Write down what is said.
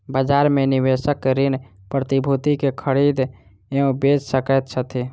बजार में निवेशक ऋण प्रतिभूति के खरीद एवं बेच सकैत छथि